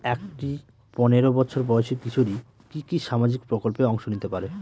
একটি পোনেরো বছর বয়সি কিশোরী কি কি সামাজিক প্রকল্পে অংশ নিতে পারে?